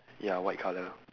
ya white colour